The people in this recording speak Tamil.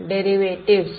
டெரிவேட்டிவ்ஸ்